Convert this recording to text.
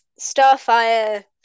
Starfire